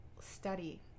study